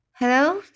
Hello